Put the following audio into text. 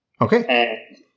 Okay